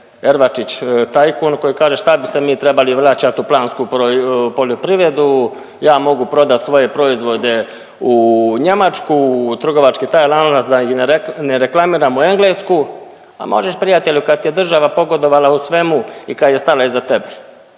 Ervačić tajkun koji kaže šta bi se mi trebali vraćati u plansku poljoprivredu, ja mogu prodat svoje proizvode u Njemačku u trgovački taj lanac da ih ne reklamiram, u Englesku, a možeš prijatelju kad ti je država pogodovala u svemu i kad je stala iza tebe,